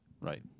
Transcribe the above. Right